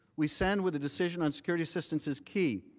we stand with the decision on security assistance is key.